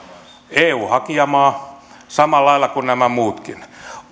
eu hakijamaa samalla lailla kuin nämä muutkin